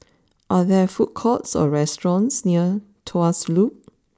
are there food courts or restaurants near Tuas Loop